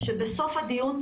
שבסוף הדיון,